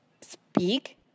speak